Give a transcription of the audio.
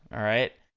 alright?